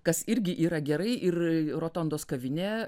kas irgi yra gerai ir rotondos kavinė